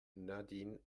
nadine